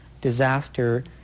disaster